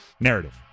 Narrative